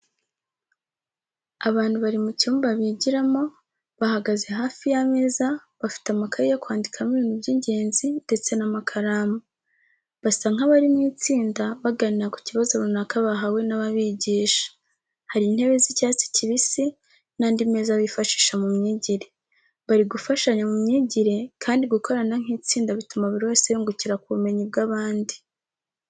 Abantu bari mu cyumba bigiramo, bahagaze hafi y’ameza bafite amakayi yo kwandikamo ibintu by’ingenzi, ndetse n’amakaramu. Basa nk’abari mu itsinda baganira ku kibazo runaka bahawe n’ababigisha. Hari intebe z’icyatsi kibisi n'andi meza bifashisha mu myigire. Bari gufashanya mu myigire kandi gukorana nk’itsinda bituma buri wese yungukira ku bumenyi bw’abandi.